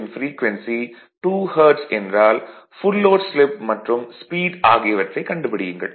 ன் frequency 2 hertz என்றால் full load slip மற்றும் ஸ்பீட் ஆகியவற்றைக் கண்டுபிடியுங்கள்